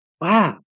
wow